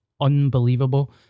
unbelievable